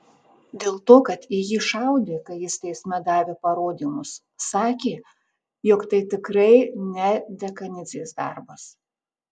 dėl to kad į jį šaudė kai jis teisme davė parodymus sakė jog tai tikrai ne dekanidzės darbas